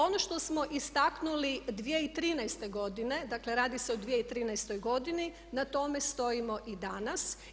Ono što smo istaknuli 2013. godine, dakle radi se o 2013. godini, na tome stojimo i danas.